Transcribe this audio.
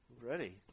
ready